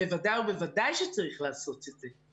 בוודאי ובוודאי שצריך לעשות את זה.